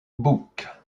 books